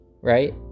Right